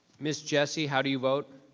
ms. jessie, how do you vote?